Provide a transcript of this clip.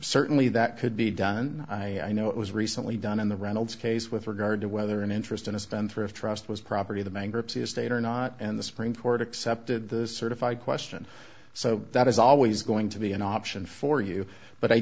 certainly that could be done i know it was recently done in the reynolds case with regard to whether an interest in a spendthrift trust was property of the bankruptcy estate or not and the supreme court accepted the certified question so that is always going to be an option for you but i